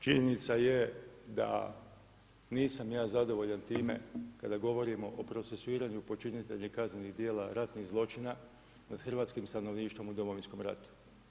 Prvo, činjenica je da nisam ja zadovoljan time kada govorimo o procesuiranju počinitelja kaznenih djela ratnih zločina nad hrvatskim stanovništvom u Domovinskom ratu.